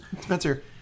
Spencer